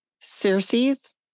Circes